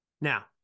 Now